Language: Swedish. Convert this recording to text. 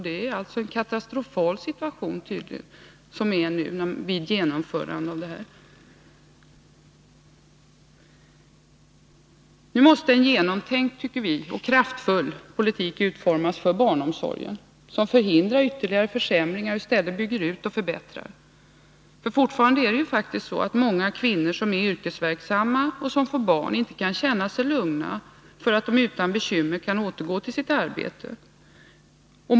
Det är en katastrofal situation som uppstått vid genomförandet. Nu måste, tycker vi, en genomtänkt och kraftfull politik utformas för barnomsorgen, som förhindrar ytterligare försämringar och i stället innebär utbyggnad och förbättringar. Fortfarande är det så att många kvinnor som är yrkesverksamma och får barn inte kan känna sig lugna för att de utan bekymmer kan återgå till sitt arbete.